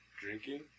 drinking